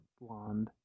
blonde